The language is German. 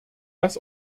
dass